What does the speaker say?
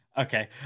Okay